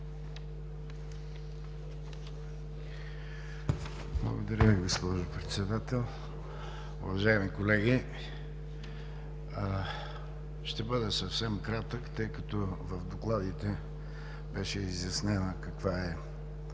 Благодаря Ви, госпожо Председател. Уважаеми колеги, ще бъда съвсем кратък, тъй като в докладите беше изяснена задачата